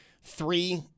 Three